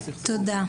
לסיכום,